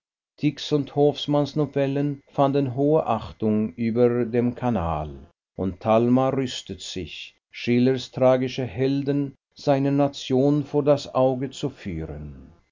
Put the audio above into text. und hofsmanns novellen fanden hohe achtung über dem kanal und talma rüstet sich schillers tragische helden seiner nation vor das auge zu führen